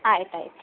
ಆಯ್ತು ಆಯ್ತು